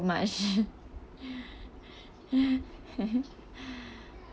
much